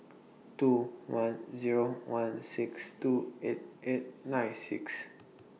two one Zero one six two eight eight nine six